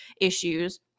issues